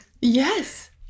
yes